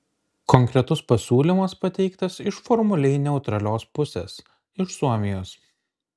konkretus pasiūlymas pateiktas iš formaliai neutralios pusės iš suomijos